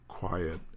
Quiet